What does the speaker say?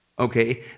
Okay